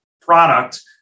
product